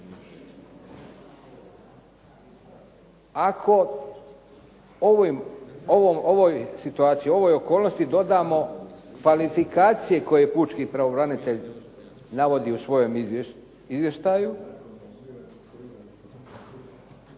Ako ovoj situaciji, ovoj okolnosti dodamo kvalifikacije koje pučki pravobranitelj navodi u svojem izvještaju,